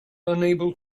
unable